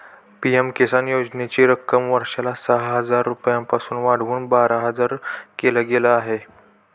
PM Kisan योजनेची रक्कम वर्षाला सहा हजार रुपयांपासून वाढवून बारा हजार केल गेलं आहे